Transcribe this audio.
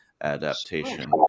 adaptation